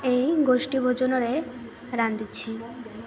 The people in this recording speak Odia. ଏଇ ଗୋଷ୍ଠୀ ଭୋଜନରେ ରାନ୍ଧିଛି